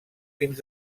fins